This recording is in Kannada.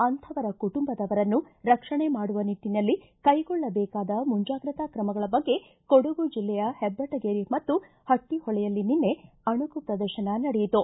ಅಂಥವರ ಕುಟುಂಬದವರನ್ನು ರಕ್ಷಣೆ ಮಾಡುವ ನಿಟ್ಟನಲ್ಲಿ ಕೈಗೊಳ್ಳಬೇಕಾದ ಮುಂಜಾಗ್ರತಾ ಕ್ರಮಗಳ ಬಗ್ಗೆ ಕೊಡಗು ಜಿಲ್ಲೆಯ ಹೆಬ್ಬೆಟಗೇರಿ ಮತ್ತು ಹಟ್ಟಹೊಳೆಯಲ್ಲಿ ನಿನ್ನೆ ಅಣಕು ಪ್ರದರ್ಶನ ನಡೆಯಿತು